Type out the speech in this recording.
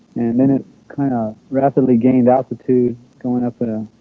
and then it kind of rapidly gained altitude going up but